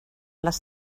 les